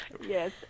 yes